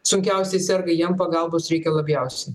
sunkiausiai serga jiem pagalbos reikia labiausiai